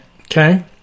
okay